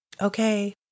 Okay